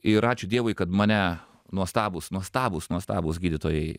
ir ačiū dievui kad mane nuostabūs nuostabūs nuostabūs gydytojai